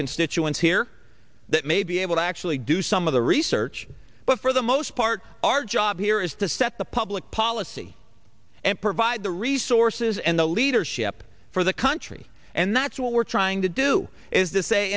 constituents here that may be able to actually do some of the research but for the most part our job here is to set the public policy and provide the resources and the leadership for the country and that's what we're trying to do is t